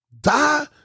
Die